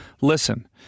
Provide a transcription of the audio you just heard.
listen